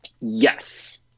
Yes